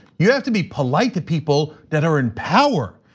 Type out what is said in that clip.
you have to be polite to people that are in power.